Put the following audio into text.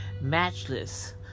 matchless